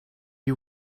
you